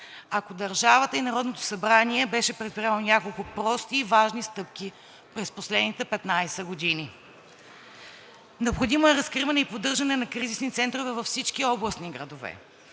ако държавата и Народното събрание беше предприело няколко прости и важни стъпки през последните 15 години. Необходимо е разкриване и поддържане на кризисни центрове във всички областни градове.